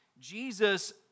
Jesus